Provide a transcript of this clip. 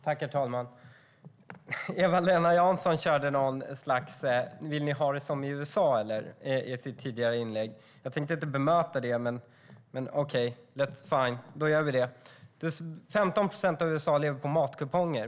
Herr talman! Eva-Lena Jansson körde något slags fråga om vi vill ha det som i USA. Jag tänkte inte bemöta frågan, men okej, fine, jag gör det. 15 procent av befolkningen i USA lever på matkuponger.